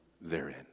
therein